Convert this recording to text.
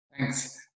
Thanks